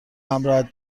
همراهت